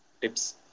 tips